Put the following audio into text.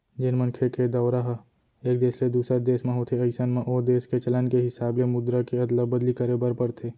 जेन मनखे के दौरा ह एक देस ले दूसर देस म होथे अइसन म ओ देस के चलन के हिसाब ले मुद्रा के अदला बदली करे बर परथे